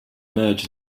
merge